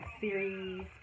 series